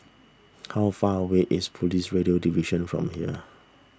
how far away is Police Radio Division from here